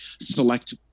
select